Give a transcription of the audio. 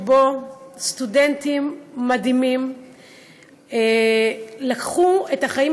שבו סטודנטים מדהימים לקחו את החיים